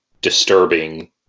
disturbing